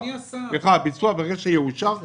ברגע שיאושר כאן,